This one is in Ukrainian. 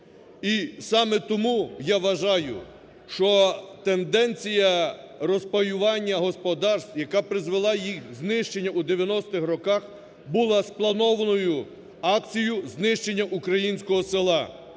саме тому я вважаю, що тенденція розпаювання господарств, яка призвела до їх знищення у 90-х роках, була спланованою акцією знищення українського села